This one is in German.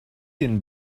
den